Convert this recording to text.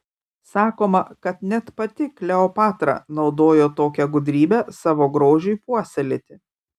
sakoma kad net pati kleopatra naudojo tokią gudrybę savo grožiui puoselėti